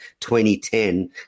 2010